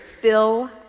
fill